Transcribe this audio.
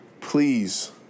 please